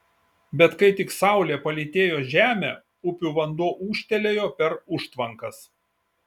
bet kai tik saulė palytėjo žemę upių vanduo ūžtelėjo per užtvankas